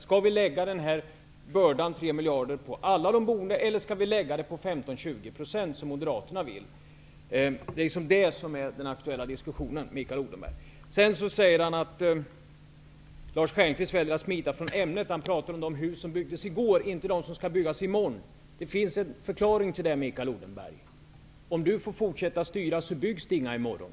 Skall vi lägga bördan på 3 miljarder på alla boende, eller skall vi lägga den på 15--20 %, som Moderaterna vill? Det är detta som är den ak tuella diskussionen, Mikael Odenberg. Sedan säger Mikael Odenberg: Lars Stjernkvist väljer att smita från ämnet, han talar om de hus som byggdes i går och inte de som skall byggas i morgon. Det finns förklaring till detta Mikael Odenberg. Om Mikael Odenberg får fortsätta att styra byggs det inte några hus i morgon.